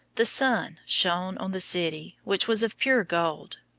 the sun shone on the city, which was of pure gold.